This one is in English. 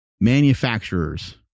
manufacturers